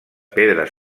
pedra